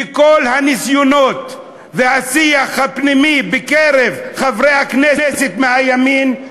וכל הניסיונות והשיח הפנימי בקרב חברי הכנסת מהימין,